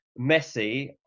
Messi